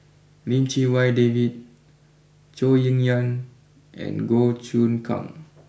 Lim Chee Wai David Zhou Ying Nan and Goh Choon Kang